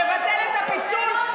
לבטל את הפיצול,